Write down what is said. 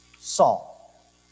Saul